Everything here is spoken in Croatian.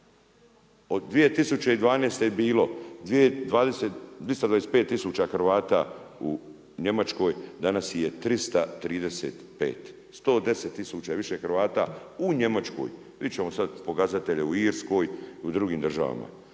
Od 2012. je bilo 225 tisuća Hrvata u Njemačkoj danas ih je 335, 110 tisuća više Hrvata u Njemačkoj. Vidjet ćemo sada pokazatelje u Irskoj i u drugim državama.